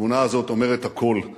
התמונה הזאת אומרת הכול.